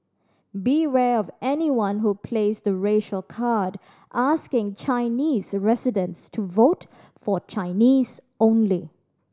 beware of anyone who plays the racial card asking Chinese residents to vote for Chinese only